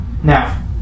Now